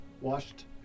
Washed